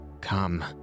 Come